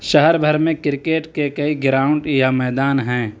شہر بھر میں کرکٹ کے کئی گراؤنڈ یا میدان ہیں